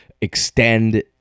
extend